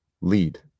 Lead